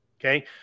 Okay